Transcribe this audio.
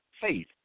faith